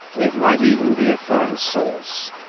it might even be a foreign source.